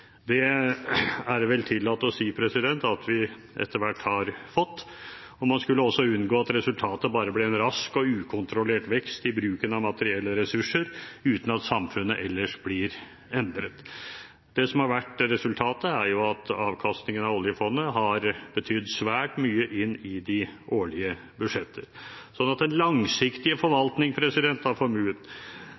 Det er det vel tillatt å si at vi etter hvert har fått. Man skulle også unngå at resultatet bare ble en rask og ukontrollert vekst i bruken av materielle ressurser uten at samfunnet ellers blir endret. Det som har vært resultatet, er at avkastningen av oljefondet har betydd svært mye inn i de årlige budsjettene, så den langsiktige forvaltningen av formuen